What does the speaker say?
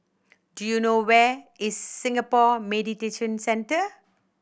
do you know where is Singapore Mediation Centre